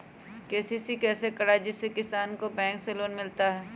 KCC कैसे कराये जिसमे किसान को बैंक से लोन मिलता है?